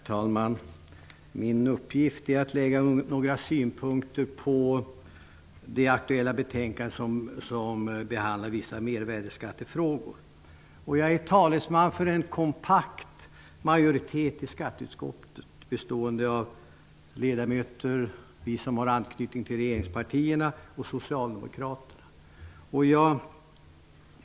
Herr talman! Min uppgift är att anföra några synpunkter på det aktuella betänkandet, som behandlar vissa mervärdesskattefrågor. Jag är talesman för en kompakt majoritet i skatteutskottet, bestående av ledamöter med anknytning till regeringspartierna samt socialdemokrater.